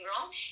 wrong